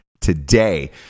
today